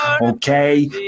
Okay